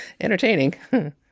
entertaining